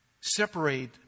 separate